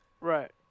Right